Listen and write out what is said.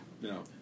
No